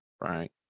right